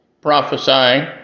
prophesying